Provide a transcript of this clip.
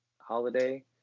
holiday